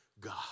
God